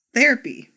Therapy